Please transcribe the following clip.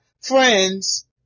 friends